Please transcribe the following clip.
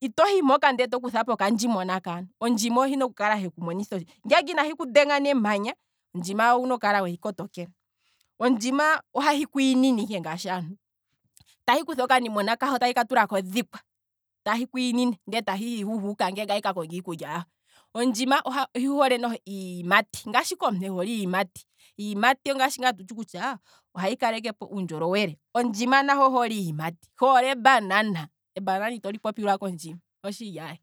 itohi mpoka ndee toku thapo okandjimona kaantu, ondjima ohina oku kumonitha otshiponga, ngenge inahi kudhenga nemanya, ondjima owuna oku kala wehi kotokela, ondjima ohahi kwiinine ike ngaashi aantu, tahi kutha okanimona kaho ndee tahi tula kodhikwa, tahi kwiinine nde tahihi hu huuka tahi ka konga iikulya yaho, ondjima oyi hole noho iiyimati ngaashi ike omuntu ehole iiyimati, iiyimati ongashi ngaa tutshi kutya. ohayi kalekepo uundjolowele, ondjima nayo oyi hole iiyimati, hoole e banana, ebanana itoli popilwako kondjima, otshili aye